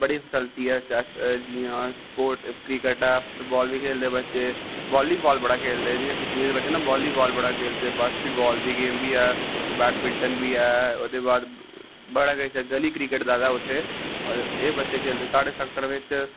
बडी चलदी ऐ स्पोट जि'यां कि बालीबाल बी खेलदे बच्चे बालीबाल बड़ा खेलदे कश्मीर बिच बड़ा खेलदे बास्केटबाल बी ऐ वेटमिंनटन बी ऐ औहदे बाद बड़ा किश ऐ गली क्रिकट बी ऐ ओह् बच्चे खेलदे